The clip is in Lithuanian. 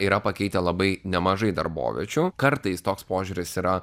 yra pakeitę labai nemažai darboviečių kartais toks požiūris yra